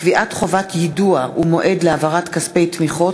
קביעת חובת יידוע ומועד להעברת כספי תמיכות),